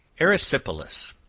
erysipelas.